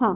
ہاں